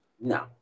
no